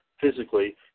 physically